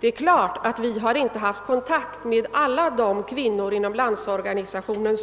Vi har naturligtvis inte kunnat ta kontakt med alla de kvin nor inom LO som kan ha befunnit